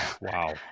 Wow